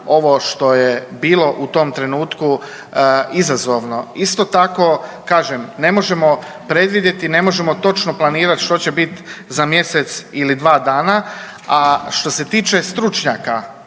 ovo što je bilo u tom trenutku izazovno. Isto tako kažem ne možemo predvidjeti i ne možemo točno planirat što će bit za mjesec ili dva dana. A što se tiče stručnjaka